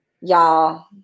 y'all